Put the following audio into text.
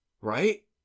Right